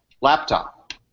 laptop